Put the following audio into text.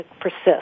persist